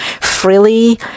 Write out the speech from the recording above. freely